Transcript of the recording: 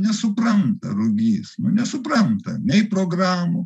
nesupranta rugys nu nesupranta nei programų